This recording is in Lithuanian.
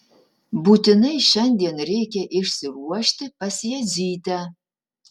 būtinai šiandien reikia išsiruošti pas jadzytę